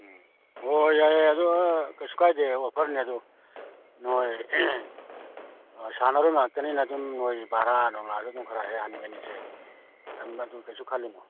ꯎꯝ ꯑꯣ ꯌꯥꯏ ꯑꯗꯨ ꯑꯥ ꯀꯩꯁꯨ ꯀꯥꯏꯗꯦ ꯑꯣꯐꯔꯅꯦ ꯑꯗꯨ ꯅꯣꯏ ꯑꯥ ꯁꯥꯟꯅꯔꯣꯏ ꯉꯥꯛꯇꯅꯤꯅ ꯑꯗꯨꯝ ꯅꯣꯏ ꯕꯔꯥ ꯅꯨꯡꯂꯥꯁꯨ ꯑꯗꯨꯝ ꯈꯔ ꯍꯦꯛ ꯍꯟꯒꯅꯤꯁꯦ ꯑꯗꯨꯝ ꯑꯗꯨ ꯀꯩꯁꯨ ꯈꯜꯂꯨꯅꯨ